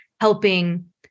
helping